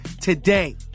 today